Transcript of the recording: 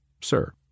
sir